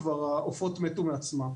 העופות מתו מעצמם.